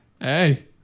Hey